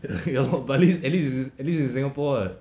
ya lor but at least at least at least in Singapore [what]